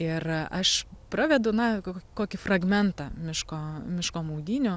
ir aš pravedu na ko kokį fragmentą miško miško maudynių